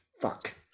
fuck